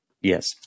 yes